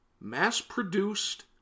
mass-produced